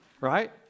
right